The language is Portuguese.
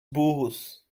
burros